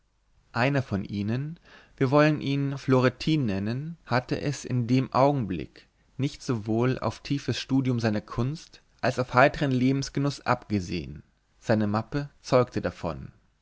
einer von ihnen wir wollen ihn florentin nennen hatte es in dem augenblick nicht sowohl auf tiefes studium seiner kunst als auf heitern lebensgenuß abgesehen seine mappe zeugte davon